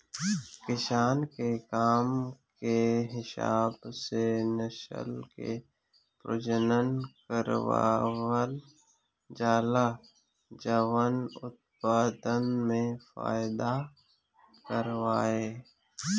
किसान के मन के हिसाब से नसल के प्रजनन करवावल जाला जवन उत्पदान में फायदा करवाए